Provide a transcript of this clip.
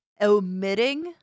omitting